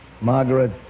Margaret